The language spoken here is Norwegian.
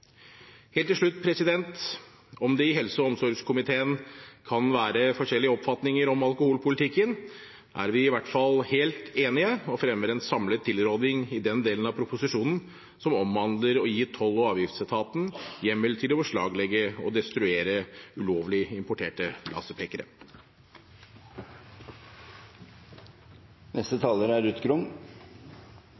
Helt til slutt: Om det i helse- og omsorgskomiteen kan være forskjellige oppfatninger om alkoholpolitikken, er vi i hvert fall helt enige og fremmer en samlet tilråding hva gjelder den delen av proposisjonen som omhandler å gi toll- og avgiftsetaten hjemmel til å beslaglegge og destruere ulovlig importerte